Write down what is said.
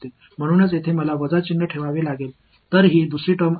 அதனால்தான் நான் இங்கே ஒரு மைனஸ் அடையாளத்தை வைத்துள்ளேன் இது இரண்டாவது வெளிப்பாடு